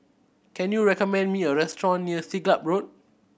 can you recommend me a restaurant near Siglap Road